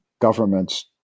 governments